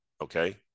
Okay